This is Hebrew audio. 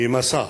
עם השר.